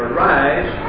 Arise